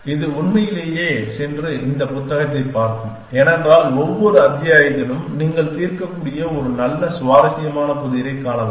இது உண்மையிலேயே சென்று இந்த புத்தகத்தைப் பார்க்கும் ஏனென்றால் ஒவ்வொரு அத்தியாயத்திலும் நீங்கள் தீர்க்கக்கூடிய ஒரு நல்ல சுவாரஸ்யமான புதிரைக் காணலாம்